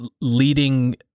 leading